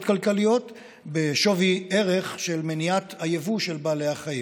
כלכליות בשווי הערך של מניעת היבוא של בעלי החיים.